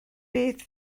beth